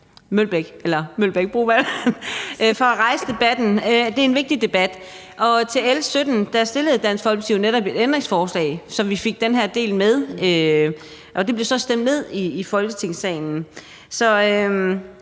og fru Charlotte Broman Mølbæk for at rejse debatten. Det er en vigtig debat. Til L 17 stillede Dansk Folkeparti jo netop et ændringsforslag, så vi fik den her del med. Det blev så stemt ned i Folketingssalen. Så det